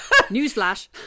newsflash